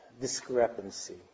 discrepancy